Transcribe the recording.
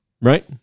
Right